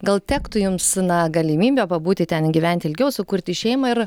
gal tektų jums na galimybė pabūti ten gyventi ilgiau sukurti šeimą ir